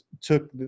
took